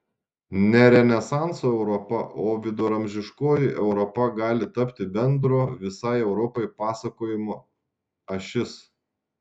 ne renesanso europa o viduramžiškoji europa gali tapti bendro visai europai pasakojimo ašis